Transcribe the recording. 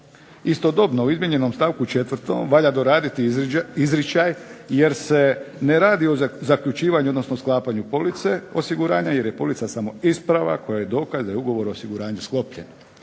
Istodobno, u izmijenjenom stavku 4. valja doraditi izričaj jer se ne radi o zaključivanju odnosno sklapanju police osiguranja jer je polica samo isprava koja je dokaz da je ugovor o osiguranju sklopljen.